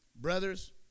Brothers